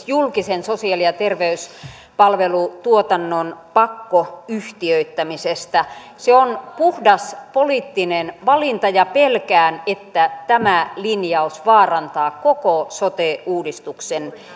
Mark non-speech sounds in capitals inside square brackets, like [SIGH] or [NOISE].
[UNINTELLIGIBLE] julkisen sosiaali ja terveyspalvelutuotannon pakkoyhtiöittämisestä se on puhdas poliittinen valinta ja pelkään että tämä linjaus vaarantaa koko sote uudistuksen